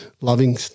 loving